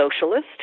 socialist